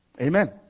Amen